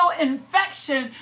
infection